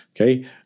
okay